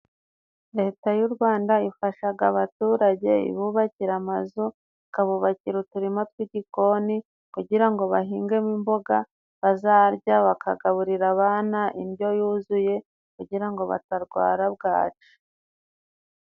Leta y'u Rwanda ifashaga abaturage ibubakira amazu ikabubakira uturima tw'igikoni, kugira ngo bahingemo imboga bazarya, bakagaburira abana indyo yuzuye kugira ngo batarwara bwaki.